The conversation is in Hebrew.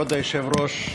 כבוד היושב-ראש,